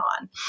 on